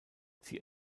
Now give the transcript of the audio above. sie